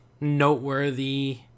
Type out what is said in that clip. noteworthy